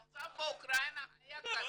המצב באוקראינה היה קשה.